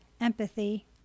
Empathy